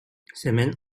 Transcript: сэмэн